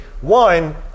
one